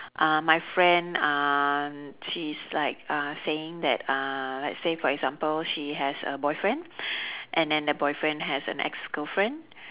uh my friend uh she is like uh saying that uh let's say for example she has a boyfriend and then the boyfriend has an ex girlfriend